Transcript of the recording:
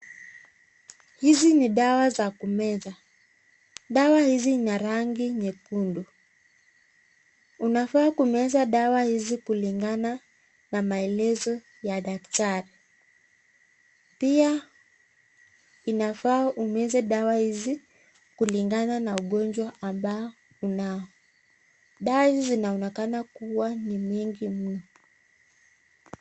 Hizi ni dawa za kumeza. Dawa hizi ina rangi nyekundu. Unafaa kumeza dawa hizi kulingana na maelezo ya daktari. Pia inafaa umeze dawa hizi kulingana na ugonjwa ambao unao. Dawa hizi zinaonenekana kuwa ni mingi mno.